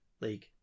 League